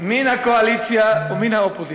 מן הקואליציה ומן האופוזיציה,